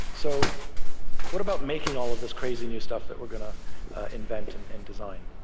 so what about making all of this crazy new stuff that we're going to invent and and design?